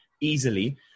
easily